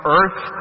earth